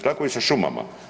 Tako i sa šumama.